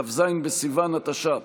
כ"ז בסיוון התש"ף,